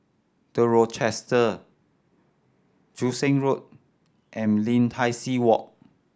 The Rochester Joo Seng Road and Lim Tai See Walk